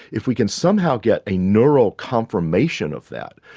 if we can somehow get a neural confirmation of that,